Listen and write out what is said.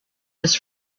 his